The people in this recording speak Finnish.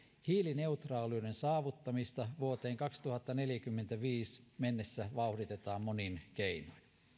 hiilineutraaliuden saavuttamista vuoteen kaksituhattaneljäkymmentäviisi mennessä vauhditetaan monin keinoin